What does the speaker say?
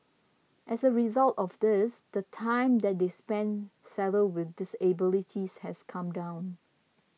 as a result of this the time that they spend saddled with disabilities has come down